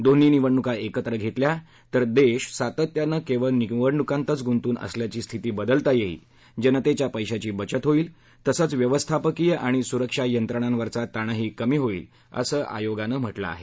दोन्ही निवडणुका एकत्र घेतल्या तर देश सातत्यानं केवळ निवडणुकांतच गुंतून असल्याची स्थिती बदलता येईल जनतेच्या पैशांची बचत होईल तसंच व्यवस्थापकीय आणि सुरक्षा यंत्रणांचा ताणही कमी होईल असं आयोगानं म्हटलं आहे